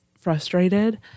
frustrated